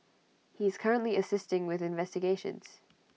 he is currently assisting with investigations